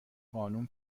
قانون